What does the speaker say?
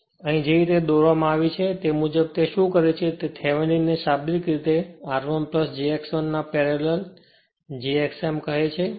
અને અહીં જે રીતે દોરવામાં આવ્યો છે અને તે મુજબ તે શું કરે છે જે થેવિનિનને શાબ્દિક રીતે r 1 j x1 ના પેરેલલ j x m કહે છે